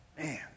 Man